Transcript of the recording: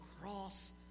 cross